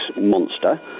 monster